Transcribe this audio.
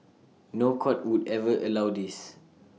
no court would ever allow this